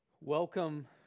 Welcome